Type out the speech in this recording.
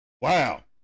Wow